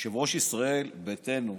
יושב-ראש ישראל ביתנו,